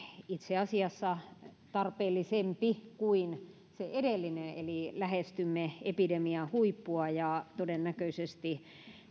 itse asiassa tarpeellisempi kuin se edellinen eli lähestymme epidemiahuippua ja todennäköisesti